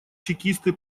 чекисты